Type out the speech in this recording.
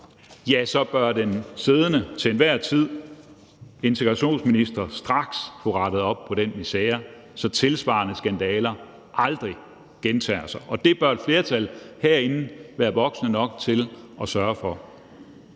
ja, så bør den til enhver tid siddende integrationsminister straks få rettet op på den misere, så tilsvarende skandaler aldrig gentager sig, og det bør et flertal herinde være voksne nok til at sørge for.